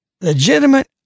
legitimate